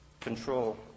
control